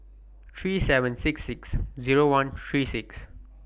three seven six six Zero one three six